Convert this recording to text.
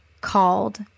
called